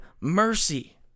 mercy